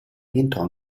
rientrò